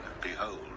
Behold